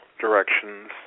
directions